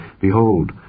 Behold